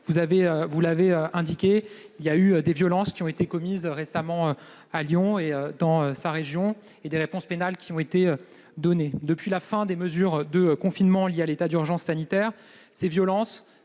Vous l'avez dit, des violences ont été commises récemment à Lyon et dans sa région. Des réponses pénales ont été apportées. Depuis la fin des mesures de confinement liées à l'état d'urgence sanitaire, ces violences,